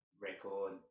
record